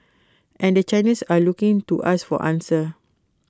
and the Chinese are looking to us for answers